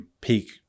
peak